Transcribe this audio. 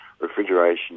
Refrigeration